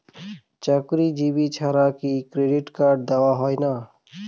চাকুরীজীবি ছাড়া কি ক্রেডিট কার্ড দেওয়া হয় না?